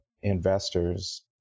investors